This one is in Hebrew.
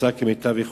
עושה כמיטב יכולתה.